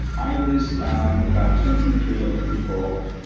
i was um about twenty three or twenty four.